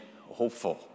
hopeful